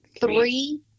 three